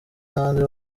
n’ahandi